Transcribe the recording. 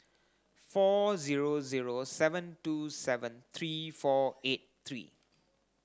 four zero zero seven two seven three four eight three